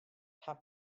have